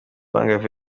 amafaranga